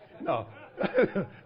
no